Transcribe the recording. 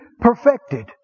perfected